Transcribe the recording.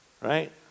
right